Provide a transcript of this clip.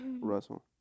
Russell